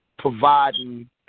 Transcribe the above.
providing